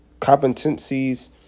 competencies